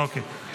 אוקיי.